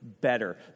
better